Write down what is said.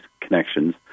connections